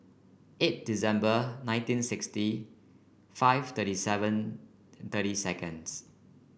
eight December nineteen sixty five thirty seven thirty seconds